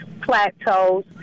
plateaus